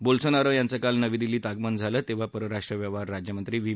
Bolsonaro यांचं काल नवी दिल्लीत आगमन झालं तेव्हा परराष्ट्र व्यवहार राज्यमंत्री व्ही